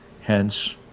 Hence